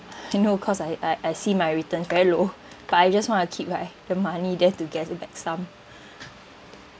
I know cause I I I see my returns very low but I just want to keep my the money there to get back some